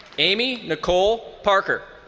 amy nicole parker.